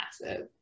massive